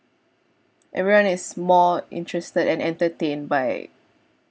everyone is more interested and entertained by